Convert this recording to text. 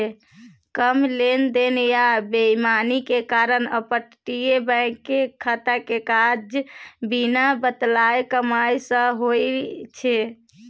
कम लेन देन आ बेईमानी के कारण अपतटीय बैंक के खाता के काज बिना बताएल कमाई सँ होइ छै